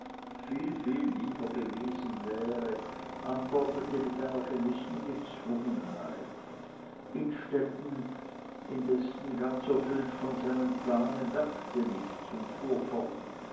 viel viel lieber gewesen wäre antwortete mit einer gewissen gezwungenheit innstetten indessen ganz erfüllt von seinem plan merkte nichts und fuhr fort